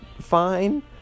fine